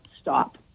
stop